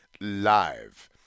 live